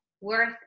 worth